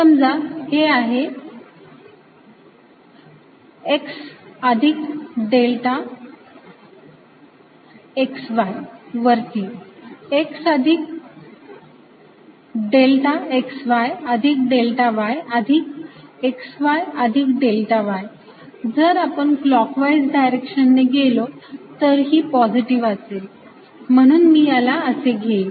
समजा हे आहे x अधिक डेल्टा x y वरती x अधिक डेल्टा xy अधिक डेल्टा y आणि xy अधिक डेल्टा y जर आपण क्लॉकवाईज डायरेक्शनने गेलो तर ही पॉझिटिव्ह असेल म्हणून मी याला असे घेईल